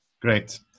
Great